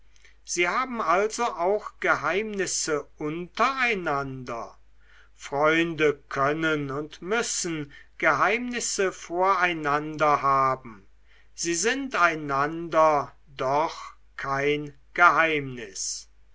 sie haben also auch geheimnisse untereinander freunde können und müssen geheimnisse voreinander haben sie sind einander doch kein geheimnis